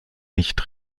nicht